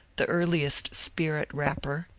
the earliest spirit-rapper,